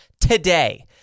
today